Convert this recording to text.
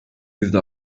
yüzde